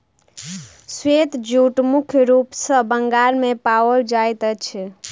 श्वेत जूट मुख्य रूप सॅ बंगाल मे पाओल जाइत अछि